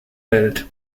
welt